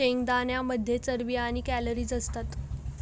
शेंगदाण्यांमध्ये चरबी आणि कॅलरीज असतात